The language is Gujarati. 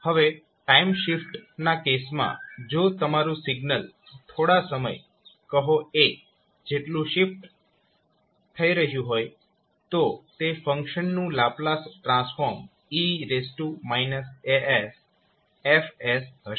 હવે ટાઇમ શિફ્ટ ના કેસમાં જો તમારૂ સિગ્નલ થોડા સમય કહો a જેટલું શિફ્ટ થઇ રહ્યું હોય તો તે ફંક્શન નું લાપ્લાસ ટ્રાન્સફોર્મ 𝑒−𝑎𝑠𝐹𝑠 હશે